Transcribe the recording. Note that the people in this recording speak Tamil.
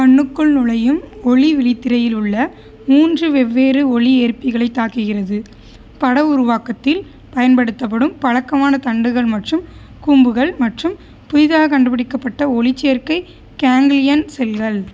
கண்ணுக்குள் நுழையும் ஒளி விழித்திரையில் உள்ள மூன்று வெவ்வேறு ஒளி ஏற்பிகளைத் தாக்கிக்கிறது பட உருவாக்கத்தில் பயன்படுத்தப்படும் பழக்கமான தண்டுகள் மற்றும் கூம்புகள் மற்றும் புதிதாக கண்டுபிடிக்கப்பட்ட ஒளிச்சேர்க்கை கேங்க்லியன் செல்கள்